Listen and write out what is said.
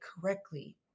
correctly